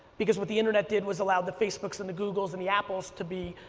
because what the internet did was allow the facebooks and the googles and the apples to be,